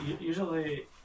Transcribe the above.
usually